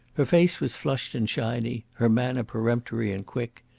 her face was flushed and shiny, her manner peremptory and quick.